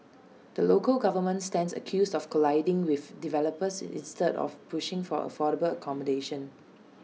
the local government stands accused of colluding with developers instead of pushing for affordable accommodation